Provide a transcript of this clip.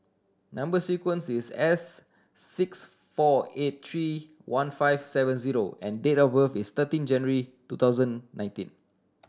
number sequence is S six four eight three one five seven zero and date of birth is thirteen January two thousand nineteen